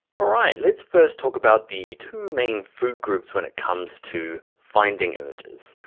ah right, let's first talk about the two main food groups when it comes to finding images.